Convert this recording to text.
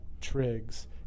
Triggs